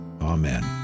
Amen